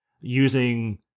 Using